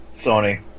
Sony